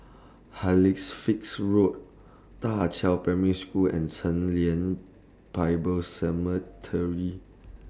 Road DA Qiao Primary School and Chen Lien Bible